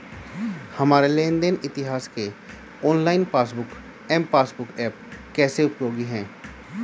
हमारे लेन देन इतिहास के online passbook m passbook app कैसे उपयोगी है?